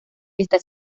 está